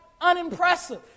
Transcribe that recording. unimpressive